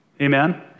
amen